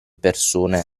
persone